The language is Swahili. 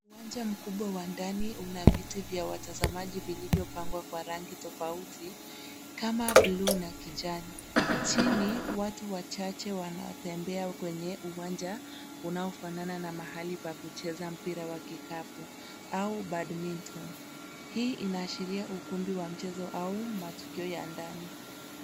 Uwanja mkubwa wa ndani una viti vya watazamaji vilivyopangwa kwa rangi tofauti kama bluu na kijani. Chini watu wachache wanatembea kwenye uwanja unaofanana na mahali pa kucheza mpira wa kikapu au badminton .Hii inaashiria ukumbi wa mchezo au matukio ya ndani.